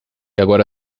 agora